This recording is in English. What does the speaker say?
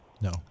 No